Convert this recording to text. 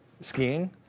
skiing